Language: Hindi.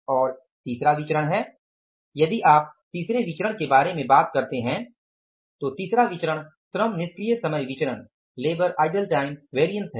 और तीसरा विचरण है यदि आप तीसरे विचरण के बारे में बात करते हैं तो तीसरा विचरण श्रम निष्क्रिय समय विचरण है